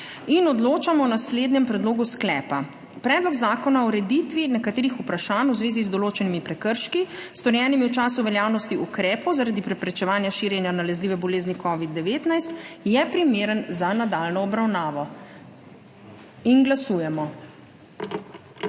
Odločamo o naslednjem predlogu sklepa: Predlog zakona o ureditvi nekaterih vprašanj v zvezi z določenimi prekrški, storjenimi v času veljavnosti ukrepov zaradi preprečevanja širjenja nalezljive bolezni COVID-19, je primeren za nadaljnjo obravnavo. Glasujemo.